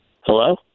Hello